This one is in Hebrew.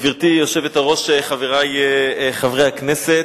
גברתי היושבת-ראש, חברי חברי הכנסת,